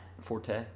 forte